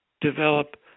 develop